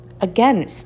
Again